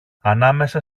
ανάμεσα